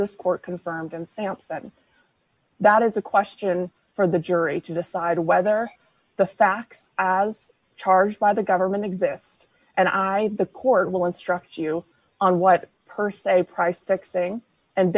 this court confirms i'm sampson that is a question for the jury to decide whether the facts as charged by the government exist and i the court will instruct you on what per se price fixing and